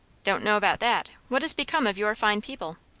don't know about that. what is become of your fine people?